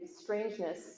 strangeness